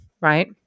right